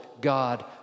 God